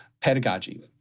pedagogy